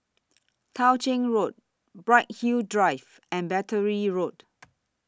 Tao Ching Road Bright Hill Drive and Battery Road